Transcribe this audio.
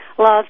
love